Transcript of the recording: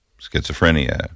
schizophrenia